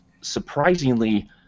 surprisingly